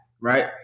right